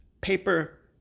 paper